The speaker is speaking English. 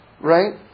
right